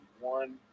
one